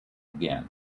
again